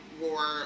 war